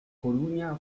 coruña